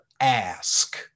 ask